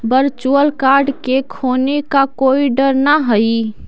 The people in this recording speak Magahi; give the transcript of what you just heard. वर्चुअल कार्ड के खोने का कोई डर न हई